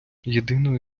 єдиної